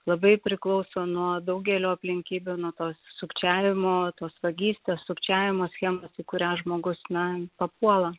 labai priklauso nuo daugelio aplinkybių nuo to sukčiavimo tos vagystės sukčiavimo schemos į kurią žmogus na papuola